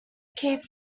keep